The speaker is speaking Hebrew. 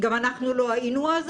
גם אנחנו לא היינו אז,